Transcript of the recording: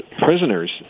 prisoners